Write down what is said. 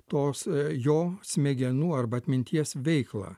tos jo smegenų arba atminties veiklą